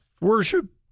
worship